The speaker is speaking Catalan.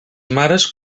mares